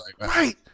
right